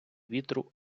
вітру